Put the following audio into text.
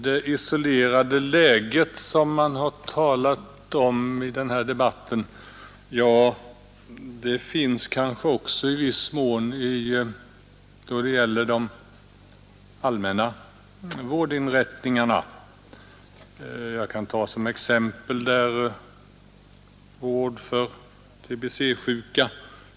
Det isolerade läget som man har talat om i denna debatt finns kanske också i viss mån då det gäller de allmänna vårdinrättningarna. Jag kan ta som exempel vården för tbc-sjuka.